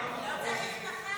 נתקבל.